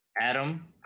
Adam